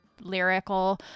lyrical